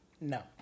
No